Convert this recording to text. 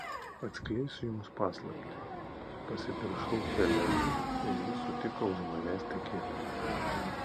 atskleisiu jums paslaptį pasipiršau helenai ir ji sutiko už manęs tekėti